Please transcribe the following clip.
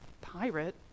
pirate